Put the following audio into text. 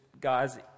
guys